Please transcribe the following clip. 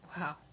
Wow